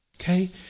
okay